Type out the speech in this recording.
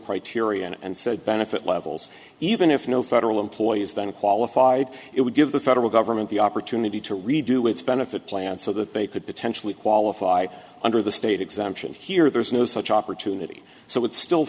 criteria and said benefit levels even if no federal employees then qualified it would give the federal government the opportunity to redo its benefit plan so that they could potentially qualify under the state exemption here there's no such opportunity so would still